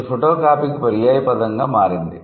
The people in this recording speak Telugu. ఇది ఫోటోకాపీకి పర్యాయపదంగా మారింది